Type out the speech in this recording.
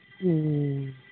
ᱦᱩᱸᱻ